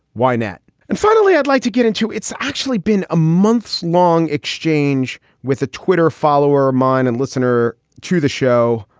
why not? and finally, i'd like to get into. it's actually been a months long exchange with a twitter follower of mine and listener to the show,